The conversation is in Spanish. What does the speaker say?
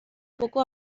poco